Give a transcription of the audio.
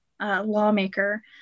lawmaker